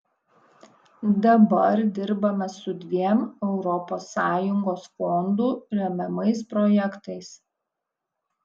dabar dirbame su dviem europos sąjungos fondų remiamais projektais